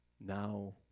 Now